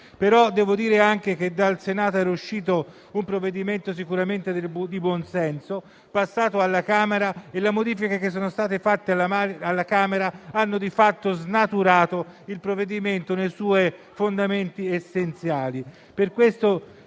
però anche dire che dal Senato era uscito un provvedimento sicuramente di buon senso, mentre le modifiche che sono state apportate alla Camera hanno di fatto snaturato il provvedimento nei suoi fondamenti essenziali.